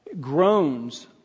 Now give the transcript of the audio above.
groans